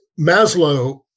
Maslow